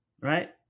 Right